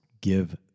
give